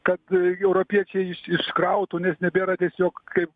kad europiečiai iškrautų nes nebėra tiesiog kaip